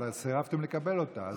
אבל סירבתם לקבל אותה,